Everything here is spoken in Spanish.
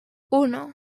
uno